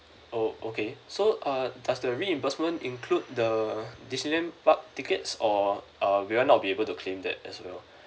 oh okay so uh does the reimbursement include the disneyland park tickets or uh will I not be able to claim that as well